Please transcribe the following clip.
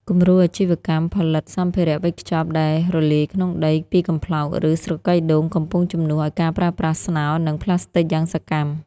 គំរូអាជីវកម្មផលិតសម្ភារៈវេចខ្ចប់ដែលរលាយក្នុងដី ពីកំប្លោក ឬស្រកីដូង កំពុងជំនួសឱ្យការប្រើប្រាស់ស្នោ និងប្លាស្ទិកយ៉ាងសកម្ម។